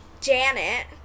Janet